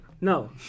No